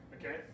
okay